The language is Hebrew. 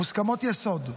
מוסכמות יסוד.